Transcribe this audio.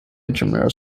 intramural